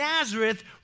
Nazareth